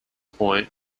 point